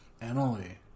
Emily